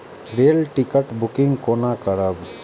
Rail ticket booking कोना करब?